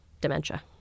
dementia